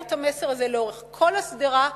להעברת המסר הזה לאורך כל השדרה,